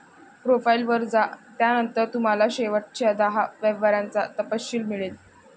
profile वर जा, त्यानंतर तुम्हाला शेवटच्या दहा व्यवहारांचा तपशील मिळेल